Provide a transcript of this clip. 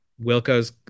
wilco's